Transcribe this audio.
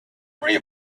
maria